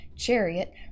Chariot